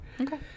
Okay